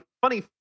funny